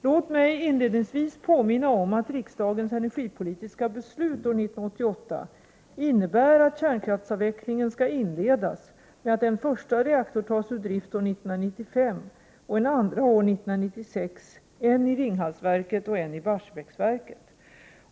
Låt mig inledningsvis påminna om att riksdagens energipolitiska beslut år 1988 innebär att kärnkraftsavvecklingen skall inledas med att en första reaktor tas ur drift år 1995 och en andra år 1996 — en i Ringhalsverket och en i Barsebäcksverket.